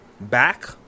back